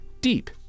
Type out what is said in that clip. deep